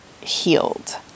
healed